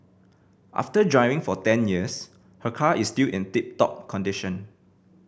after driving for ten years her car is still in tip top condition